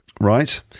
right